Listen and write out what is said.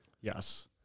Yes